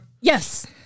yes